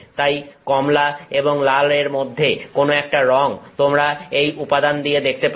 তাই কমলা এবং লালের মধ্যে কোন একটা রং তোমরা এই উপাদান দিয়ে দেখতে পাবে